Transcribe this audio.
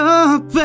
up